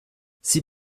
sie